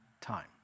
time